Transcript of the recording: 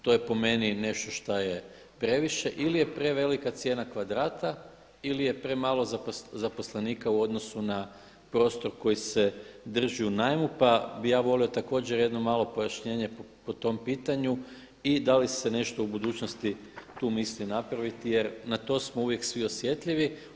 To je po meni nešto šta je previše ili je prevelika cijena kvadrata ili je premalo zaposlenika u odnosu na prostor koji se drži u najmu, pa bih ja volio također jedno malo pojašnjenje po tom pitanju i da li se nešto u budućnosti tu misli napraviti jer na to smo uvijek svi osjetljivi.